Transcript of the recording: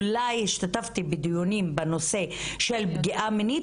אולי השתתפתי בדיונים בנושא של פגיעה מינית